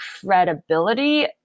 credibility